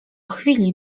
chwili